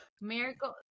Miracle